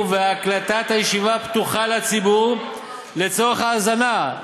והקלטת הישיבה פתוחה לציבור לצורך האזנה.